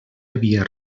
havia